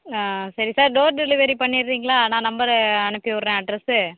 ஆ சரி sir door delivery பண்ணிடுறீங்களா நான் நம்பரு அனுப்பிவிட்றேன் அட்ரெஸு